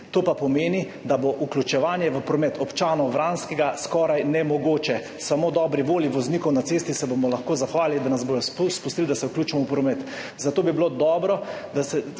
to pa pomeni, da bo vključevanje občanov Vranskega v promet skoraj nemogoče. Samo dobri volji voznikov na cesti se bomo lahko zahvalili, da nas bodo sploh spustili, da se vključimo v promet. Zato bi bilo dobro, ker